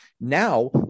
Now